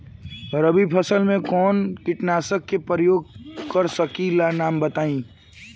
रबी फसल में कवनो कीटनाशक के परयोग कर सकी ला नाम बताईं?